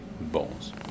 bones